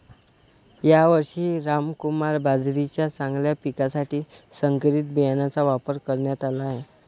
यावर्षी रामकुमार बाजरीच्या चांगल्या पिकासाठी संकरित बियाणांचा वापर करण्यात आला आहे